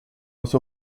los